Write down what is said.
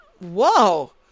whoa